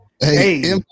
hey